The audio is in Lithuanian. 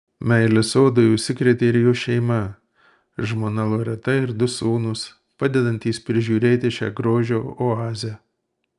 meile sodui užsikrėtė ir jo šeima žmona loreta ir du sūnūs padedantys prižiūrėti šią grožio oazę